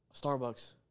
Starbucks